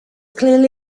clearly